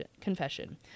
confession